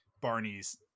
Barney's